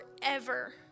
forever